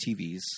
TVs –